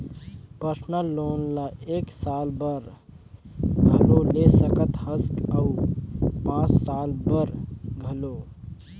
personal loan ल एक साल बर घलो ले सकत हस अउ पाँच साल बर घलो